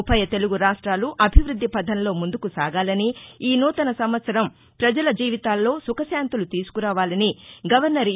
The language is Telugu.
ఉభయ తెలుగు రాష్ట్లు అభివృద్దిపథంలో ముందుకు సాగాలని ఈ నూతన సంవత్సరం పజల జీవితాల్లో సుఖశాంతులు తీసుకురావాలని గవర్నర్ ఇ